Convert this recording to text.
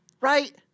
right